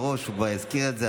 הוא כבר הזכיר את זה,